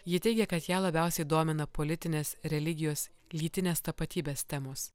ji teigia kad ją labiausiai domina politinės religijos lytinės tapatybės temos